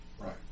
Right